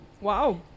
Wow